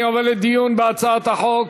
אני עובר לדיון בהצעת החוק.